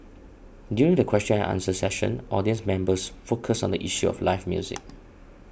during the question and answer session audience members focused on the issue of live music